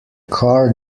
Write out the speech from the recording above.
car